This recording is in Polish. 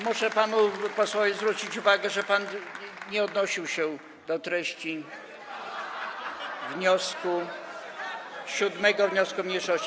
Muszę panu posłowi zwrócić uwagę, że pan nie odnosił się do treści 7. wniosku mniejszości.